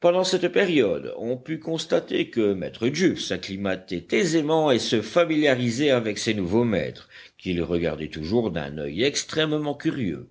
pendant cette période on put constater que maître jup s'acclimatait aisément et se familiarisait avec ses nouveaux maîtres qu'il regardait toujours d'un oeil extrêmement curieux